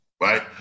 right